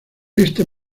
este